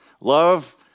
love